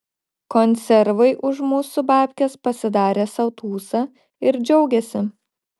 konservai už mūsų babkes pasidarė sau tūsą ir džiaugiasi